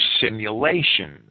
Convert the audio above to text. simulations